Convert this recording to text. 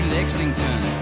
Lexington